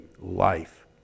life